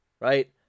right